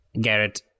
Garrett